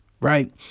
right